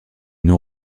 non